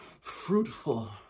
fruitful